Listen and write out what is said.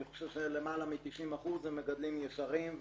אני חושב שיותר מ-90% הם מגדלים ישרים,